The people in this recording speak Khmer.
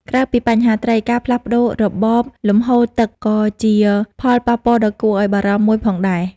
ក្រៅពីបញ្ហាត្រី ការផ្លាស់ប្ដូររបបលំហូរទឹកក៏ជាផលប៉ះពាល់ដ៏គួរឱ្យបារម្ភមួយផងដែរ។